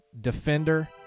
defender